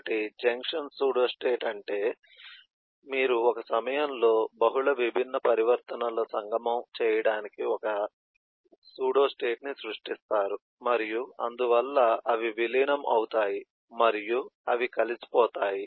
ఒక junction pseudo state అంటే మీరు ఒక సమయంలో బహుళ విభిన్న పరివర్తనాల సంగమం చేయడానికి ఒక నకిలీ స్థితిని సృష్టిస్తారు మరియు అందువల్ల అవి విలీనం అవుతాయి మరియు అవి కలిసిపోతాయి